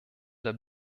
der